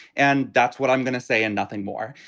and that's what i'm going to say and nothing more.